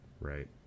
Right